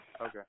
Okay